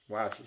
Wow